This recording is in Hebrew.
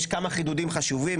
יש כמה חידודים חשובים.